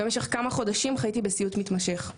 במשך כמה חודשים חייתי בסיוט מתמשך.